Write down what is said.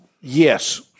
Yes